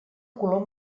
color